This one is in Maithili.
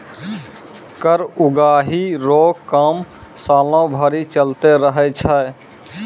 कर उगाही रो काम सालो भरी चलते रहै छै